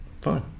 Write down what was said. fine